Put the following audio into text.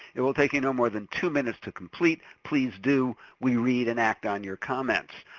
it will take you no more than two minutes to complete. please do, we read and act on your comments.